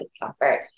discomfort